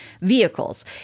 vehicles